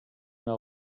mehr